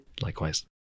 Likewise